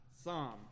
psalm